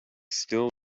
still